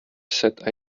said